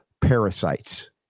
parasites